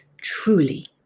truly